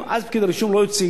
ואז פקיד הרישום לא יוציא